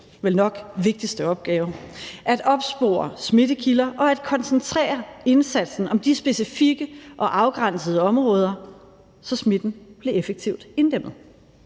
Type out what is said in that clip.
vel nok vigtigste opgave, nemlig at opspore smittekilder og at koncentrere indsatsen om de specifikke og afgrænsede områder, så smitten blev effektivt inddæmmet.